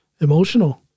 emotional